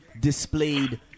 displayed